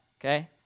okay